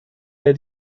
der